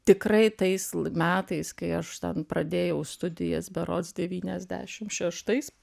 tikrai tais metais kai aš ten pradėjau studijas berods devyniasdešimt šeštais